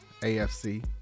AFC